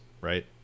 right